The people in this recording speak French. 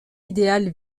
idéal